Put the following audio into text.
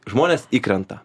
žmonės įkrenta